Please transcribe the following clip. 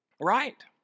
Right